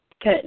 Good